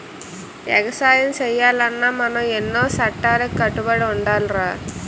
ఎగసాయం సెయ్యాలన్నా మనం ఎన్నో సట్టాలకి కట్టుబడి ఉండాలిరా